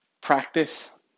practice